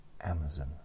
Amazon